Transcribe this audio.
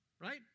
right